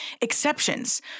exceptions